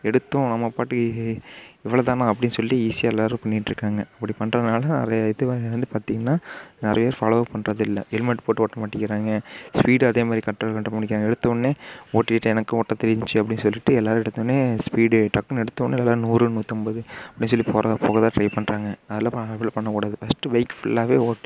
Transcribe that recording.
எடுத்தோம் நம்மப் பாட்டுக்கு இவ்வளோதானா அப்படினு சொல்லி ஈஸியாக எல்லோரும் பண்ணிட்டுருக்காங்க அப்படி பண்ணுறதுனால அது இது வந்து பார்த்தீங்கனா நிறைய ஃபாலோ பண்ணுறதுல்ல ஹெல்மட் போட்டு ஓட்டமாட்டேங்கிறாங்க ஸ்பீடு அதேமாதிரி கன்ட்ரோல் பண்ணிட்டு போக மாட்டேங்கிறாங்க எடுத்தவொடனே ஒட்டிட்டே எனக்கும் ஓட்ட தெரிஞ்சுது அப்படினு சொல்லிட்டு எல்லோரும் எடுத்தவொடனே ஸ்பீடு டக்குனு எடுத்தவொடனே எல்லாம் நூறு நூற்றைம்பது அப்படினு சொல்லி போகிற போக தான் ட்ரை பண்ணுறாங்க அதல்லாம் பண்ண பண்ணக்கூடாது ஃபஸ்ட்டு பைக் ஃபுல்லாகவே